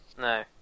No